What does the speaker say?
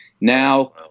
Now